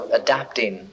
adapting